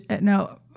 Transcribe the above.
No